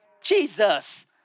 Jesus